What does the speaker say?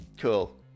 Cool